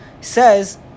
says